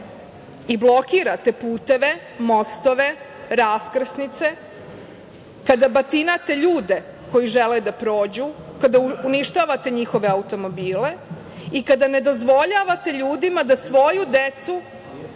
i blokirate puteve, mostove, raskrsnice, kada batinate ljude koji žele da prođu, kada uništavate njihove automobile i kada ne dozvoljavate ljudima da svoju decu